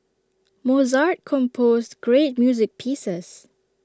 Mozart composed great music pieces